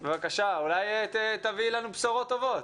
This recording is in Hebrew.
בבקשה, אולי תביאי לנו בשורות טובות.